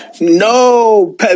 No